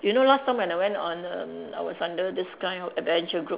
you know last time when I went on a I was under this kind of adventure group